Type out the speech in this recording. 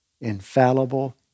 infallible